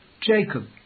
Jacob